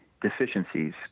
deficiencies